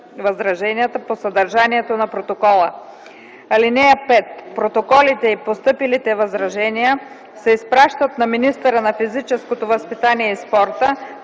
възраженията по съдържанието на протокола. (5) Протоколите и постъпилите възражения се изпращат на министъра на физическото възпитание и спорта,